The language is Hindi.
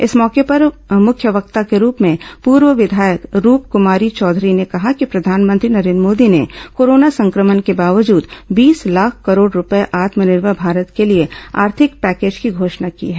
इस मौके पर मुख्य वक्ता के रूप में पूर्व विधायक रूपक्मारी चौधरी ने कहा कि प्रधानमंत्री नरेन्द्र मोदी ने कोरोना संक्रमण के बांवजूद बीस लाख करोड़ रूपये आत्मनिर्भर भारत के लिए आर्थिक पैकेज की घोषणा की है